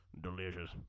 Delicious